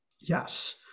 Yes